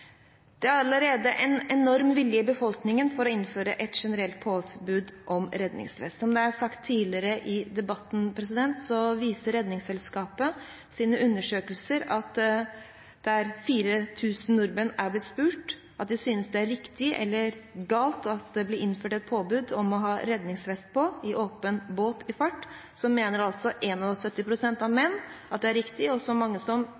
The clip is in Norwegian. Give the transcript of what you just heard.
Det er allerede en enorm vilje i befolkningen til å innføre et generelt påbud om redningsvest. Som det er sagt tidligere i debatten, viser Redningsselskapets undersøkelse, der 4 000 nordmenn er blitt spurt om de synes det er riktig eller galt at det blir innført et påbud om å ha på redningsvest i åpen båt i fart, at 71 pst. av mennene mener det er riktig, og at så mange som